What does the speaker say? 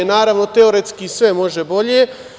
Naravno, teoretski sve može bolje.